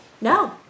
No